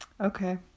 Okay